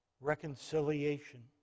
Reconciliation